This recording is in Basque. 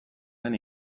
zen